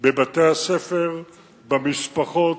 בבתי-הספר, במשפחות,